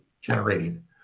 generating